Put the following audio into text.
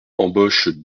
embauche